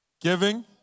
Giving